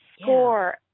Score